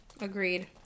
Agreed